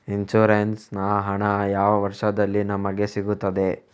Insurance ಹಣ ಯಾವ ವರ್ಷದಲ್ಲಿ ನಮಗೆ ಸಿಗುತ್ತದೆ?